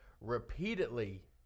repeatedly